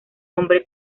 hombre